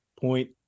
point